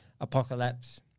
Apocalypse